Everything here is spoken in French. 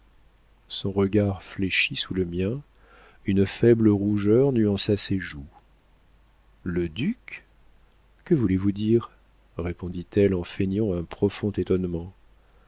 son regard fléchit sous le mien une faible rougeur nuança ses joues le duc que voulez-vous dire répondit-elle en feignant un profond étonnement